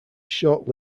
short